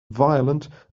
violent